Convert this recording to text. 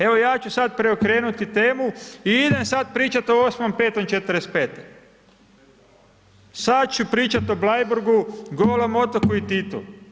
Evo ja ću sada preokrenuti temu i idem sada pričati o 8.5.'45. sada ću pričati o Bleiburgu, Golom otoku i Titu.